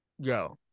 Yo